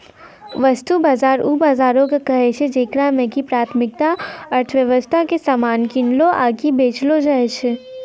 वस्तु बजार उ बजारो के कहै छै जेकरा मे कि प्राथमिक अर्थव्यबस्था के समान किनलो आकि बेचलो जाय छै